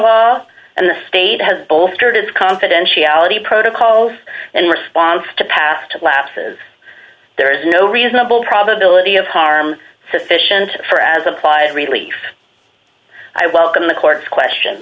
law and the state has bolstered its confidentiality protocols and response to past lapses there is no reasonable probability of harm sufficient for as applied relief i welcome a court question